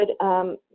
good